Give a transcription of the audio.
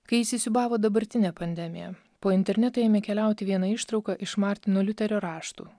kai įsisiūbavo dabartinė pandemija po internetą ėmė keliauti viena ištrauka iš martyno liuterio raštų